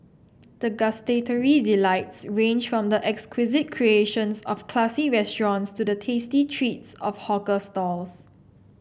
the gustatory delights range from the exquisite creations of classy restaurants to the tasty treats of hawker stalls